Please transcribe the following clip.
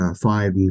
five